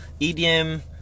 EDM